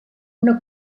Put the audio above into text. una